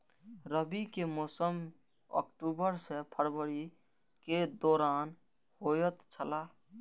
रबी के मौसम अक्टूबर से फरवरी के दौरान होतय छला